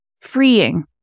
freeing